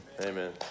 Amen